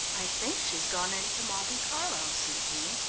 i think she's gone in to monte carlo, said jean.